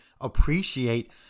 appreciate